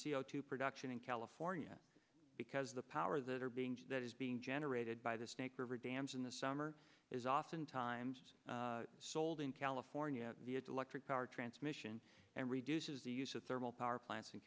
c o two production in california because the power that are being that is being generated by the snake river dams in the summer is oftentimes sold in california electric power transmission and reduces the use of thermal power plants in